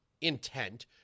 intent